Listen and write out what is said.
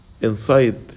inside